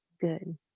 good